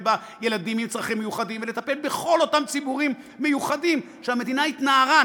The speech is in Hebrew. בילדים עם צרכים מיוחדים ולטפל בכל אותם ציבורים מיוחדים שהמדינה התנערה,